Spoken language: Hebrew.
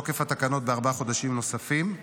התקנות בארבעה חודשים נוספים,